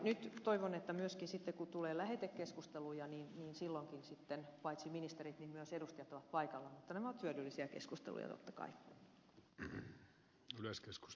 nyt toivon että silloinkin kun tulee lähetekeskusteluja paitsi ministerit myös edustajat ovat paikalla